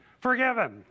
forgiven